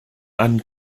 einen